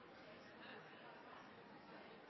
president